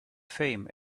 fame